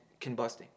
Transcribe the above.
combusting